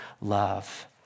love